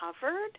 covered